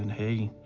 and hey,